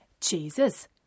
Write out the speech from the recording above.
Jesus